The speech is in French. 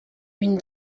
une